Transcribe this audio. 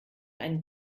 einen